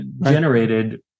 generated